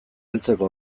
heltzeko